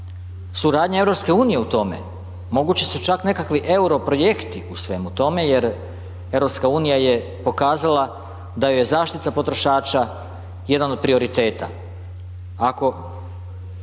suradnja EU u tome, mogući su čak nekakvi Euro projekti u svemu tome jer EU je pokazala da joj je zaštita potrošača jedan od prioriteta.